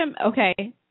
Okay